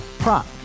Prop